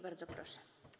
Bardzo proszę.